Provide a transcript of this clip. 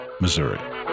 Missouri